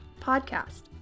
podcast